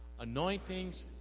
anointings